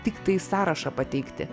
tiktai sąrašą pateikti